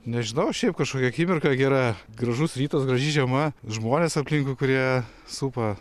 nežinau šiaip kažkokia akimirka gera gražus rytas graži žiema žmonės aplinkui kurie supa